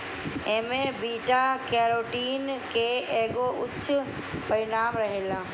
एमे beta carotene के एगो उच्च परिमाण रहेला